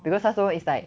because 他说 is like